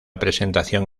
presentación